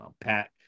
Pat